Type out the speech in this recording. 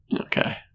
Okay